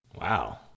Wow